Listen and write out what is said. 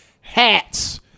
hats